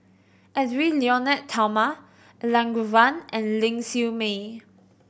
Edwy Lyonet Talma Elangovan and Ling Siew May